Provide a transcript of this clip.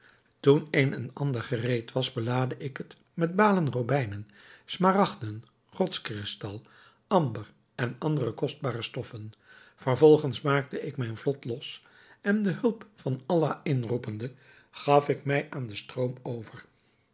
toen een en ander gereed was belaadde ik het met balen robijnen smaragden rotskristal amber en andere kostbare stoffen vervolgens maakte ik mijn vlot los en de hulp van allah inroepende gaf ik mij aan den stroom over